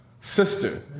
sister